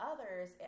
others